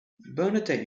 bernadette